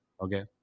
Okay